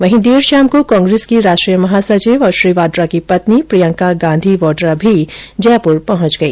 वहीं देर शाम को कांग्रेस की राष्ट्रीय महासचिव और श्री वाड्रा की पत्नी प्रियंका गांधी वाड्रा भी जयपुर पहुंच गई